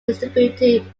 distributed